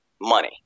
money